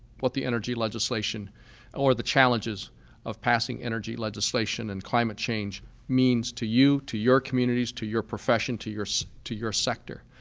what the energy legislation or the challenges of passing energy legislation and climate change means to you, to your communities, to your profession, to your so to your sector.